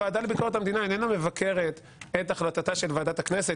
הוועדה לביקורת המדינה איננה מבקרת את החלטתה של ועדת הכנסת,